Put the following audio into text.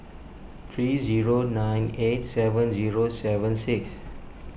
three zero nine eight seven zero seven six